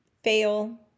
Fail